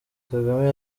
kagame